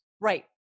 Right